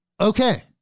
Okay